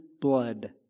blood